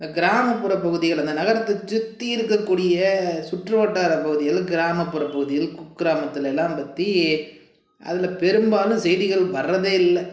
இந்த கிராமப்புற பகுதிகள் அந்த நகரத்தை சுற்றி இருக்கக்கூடிய சுற்றுவட்டார பகுதிகள் கிராமப்புற பகுதிகள் குக்கிராமத்துலெலாம் பற்றி அதில் பெரும்பாலும் செய்திகள் வர்றதே இல்லை